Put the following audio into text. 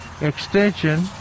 extension